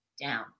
down